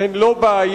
הם לא בעיה,